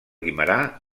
guimerà